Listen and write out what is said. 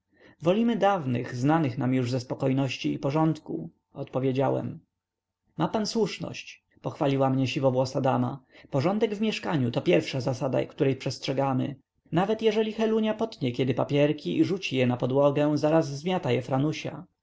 wolimy dawnych znanych nam już ze spokojności i porządku odpowiedziałem ma pan słuszność pochwaliła mnie siwowłosa dama porządek w mieszkaniu to pierwsza zasada której przestrzegamy nawet jeżeli helunia potnie kiedy papierki i rzuci je na podłogę zaraz zmiata je franusia